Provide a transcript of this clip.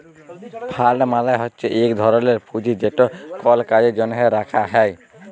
fund মালে হছে ইক ধরলের পুঁজি যেট কল কাজের জ্যনহে রাখা হ্যয়